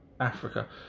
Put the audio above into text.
Africa